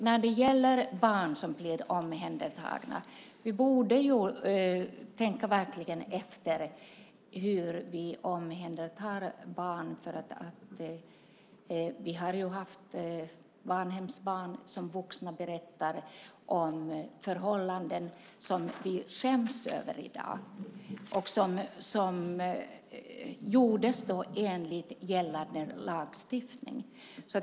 När det gäller omhändertagande av barn borde vi verkligen tänka efter hur vi omhändertar dem. Vi har ju hört att barnhemsbarn som vuxna har berättat om förhållanden som vi skäms över i dag men som då var enligt gällande lagstiftning.